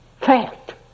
fact